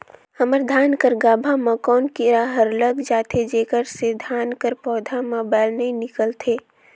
हमर धान कर गाभा म कौन कीरा हर लग जाथे जेकर से धान कर पौधा म बाएल नइ निकलथे?